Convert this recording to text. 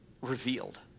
Revealed